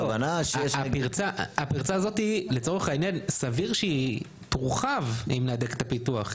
סביר שהפרצה הזו תורחב אם נהדק את הפיקוח.